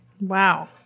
Wow